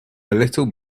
little